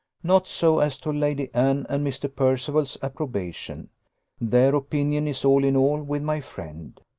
not so as to lady anne and mr. percival's approbation their opinion is all in all with my friend.